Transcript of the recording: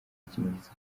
ikimenyetso